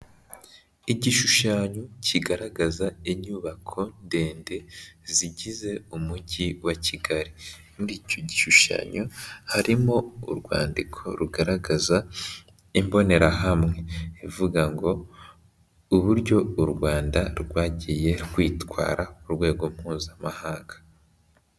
Igishushanyo kigaragaza inyubako ndende zigize umujyi wa Kigali, muri icyo gishushanyo harimo urwandiko rugaragaza imbonerahamwe, ivuga ngo uburyo u Rwanda rwagiye rwitwara ku rwego mpuzamahanga.